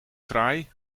fraai